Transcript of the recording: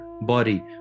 body